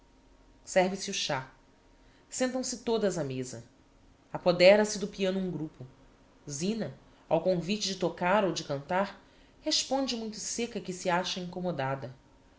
serve-se o chá sentam-se todas á mêsa apodera se do piano um grupo zina ao convite de tocar ou de cantar responde muito sêca que se acha incommodada